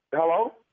Hello